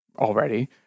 already